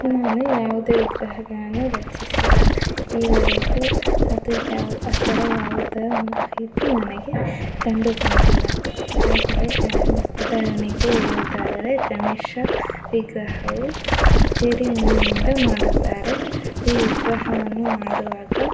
ನಾನು ಯಾವುದೇ ವಿಗ್ರಹಗಳನ್ನು ರಚಿಸಿಲ್ಲ ಈವರೆಗೂ ಅದು ಯಾವ ಆ ಥರ ಯಾವುದೇ ಮಾಹಿತಿ ನನಗೆ ಕಂಡು ಬಂದಿಲ್ಲ ಹಾಗೆಯೇ ಗ ಉದಾಹರಣೆಗೆ ಹೇಳುವುದಾದರೆ ಗಣೇಶ ವಿಗ್ರಹವು ಜೇಡಿಮಣ್ಣಿನಿಂದ ಮಾಡುತ್ತಾರೆ ಈ ವಿಗ್ರಹವನ್ನು ಮಾಡುವಾಗ